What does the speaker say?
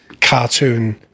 cartoon